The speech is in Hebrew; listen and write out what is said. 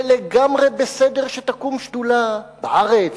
זה לגמרי בסדר שתקום שדולה בארץ,